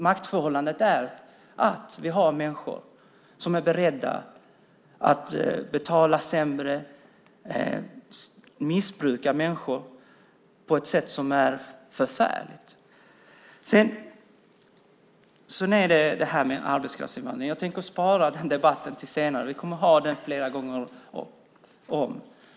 Maktförhållandet består i att vi har människor som är beredda att betala sämre lön och missbruka människor på ett sätt som är förfärligt. Jag tänker spara debatten om arbetskraftsinvandringen till senare. Vi kommer att ha den flera gånger om.